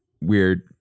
weird